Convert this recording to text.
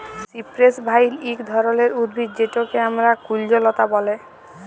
cypress vine ইক ধরলের উদ্ভিদ যেটকে আমরা কুল্জলতা ব্যলে